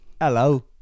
Hello